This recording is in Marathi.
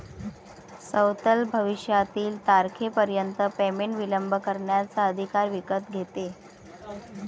सवलत भविष्यातील तारखेपर्यंत पेमेंट विलंब करण्याचा अधिकार विकत घेते